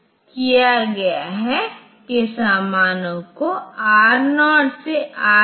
इसलिए यह अच्छा है क्योंकि यह y ∑ai xi ऑपरेशन को करने के लिए इस्तेमाल किया जा सकता है